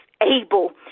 able